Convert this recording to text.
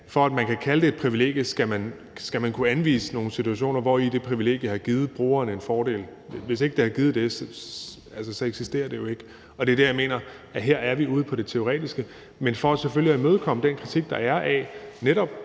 privilegie kan kaldes for et privilegie, skal man kunne anvise nogle situationer, hvor det privilegie har givet brugeren en fordel. Hvis ikke det har gjort det, så eksisterer det jo ikke. Det er der, jeg mener, at vi her er ude i et teoretisk spørgsmål, men vi vil selvfølgelig gerne imødekomme den kritik, der er af, at